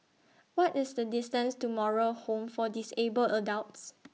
What IS The distance to Moral Home For Disabled Adults